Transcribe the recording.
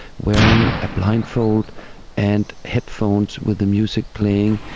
wearing a blindfold and headphones with the music playing.